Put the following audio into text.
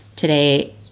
today